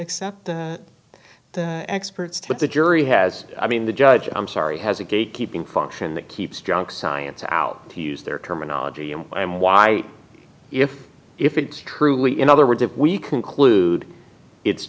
accept the experts that the jury has i mean the judge i'm sorry has a gate keeping function that keeps junk science out to use their terminology and i'm why if if it's truly in other words if we conclude it's